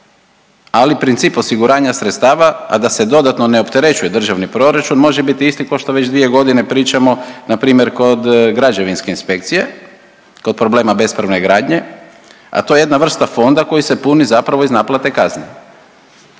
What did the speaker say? ali princip osiguranja sredstava, a da se dodatno ne opterećuje državni proračun može biti isti kao što već dvije godine pričamo na primjer kod Građevinske inspekcije, kod problema bespravne gradnje a to je jedna vrsta fonda koji se puni zapravo iz naplate kazni.